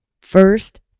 first